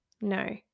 no